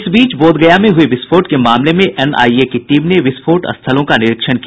इस बीच बोधगया में हुए विस्फोट के मामले में एनआईए की टीम ने विस्फोट स्थलों का निरीक्षण किया